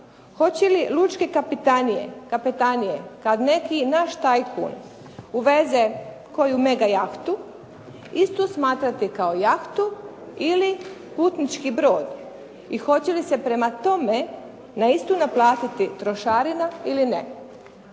hoće li lučke kapetanije kad neki naš tajkun uveze koju mega jahtu istu smatrati kao jahtu ili putnički brod, i hoće li se prema tome na istu naplatiti trošarina ili ne.